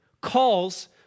calls